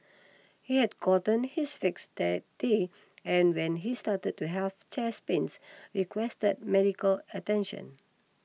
he had gotten his fix that day and when he started to have chest pains requested medical attention